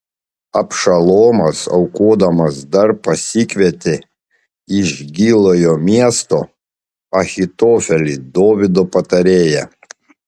abšalomas aukodamas dar pasikvietė iš gilojo miesto ahitofelį dovydo patarėją